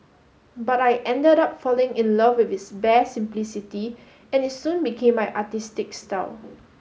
but I ended up falling in love with its bare simplicity and it soon became my artistic style